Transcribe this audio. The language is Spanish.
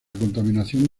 contaminación